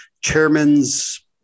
chairman's